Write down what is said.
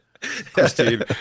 Christine